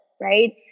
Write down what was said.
right